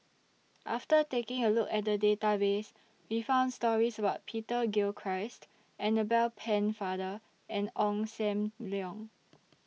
after taking A Look At The Database We found stories about Peter Gilchrist Annabel Pennefather and Ong SAM Leong